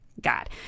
God